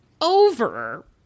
over